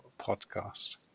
podcast